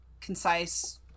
concise